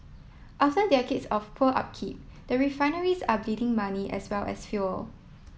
after decades of poor upkeep the refineries are bleeding money as well as fuel